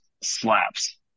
slaps